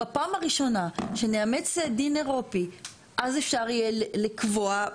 בפעם הראשונה שנאמץ דין אירופי אז אפשר יהיה לקבוע,